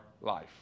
life